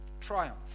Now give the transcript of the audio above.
triumph